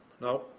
Now